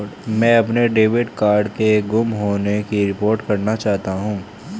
मैं अपने debit card के गुम होने की रिपोर्ट करना चाहती हूँ